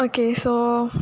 okay so